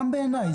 גם בעיניי.